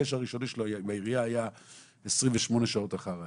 הקשר הראשוני שלו עם העירייה היה 28 שעות אחר האירוע,